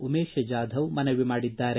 ಉಮೇಶ್ ಜಾಧವ್ ಮನವಿ ಮಾಡಿದ್ದಾರೆ